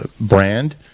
brand